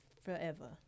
forever